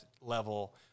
level